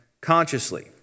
consciously